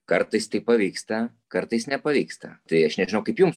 kartais tai pavyksta kartais nepavyksta tai aš nežinau kaip jums